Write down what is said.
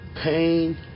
pain